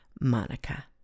Monica